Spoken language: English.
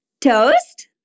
toast